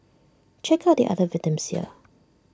check out the other victims here